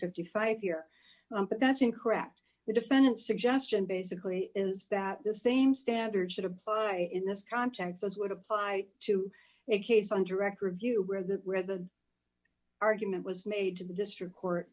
fifty five year but that's incorrect the defendant suggestion basically is that the same standard should apply in this context this would apply to a case on direct review where the read the argument was made to the district court